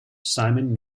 simon